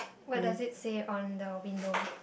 what does it say on the window